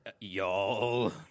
y'all